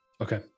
Okay